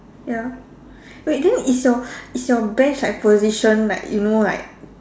ya wait then is your is your bench like position like you know like